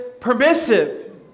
permissive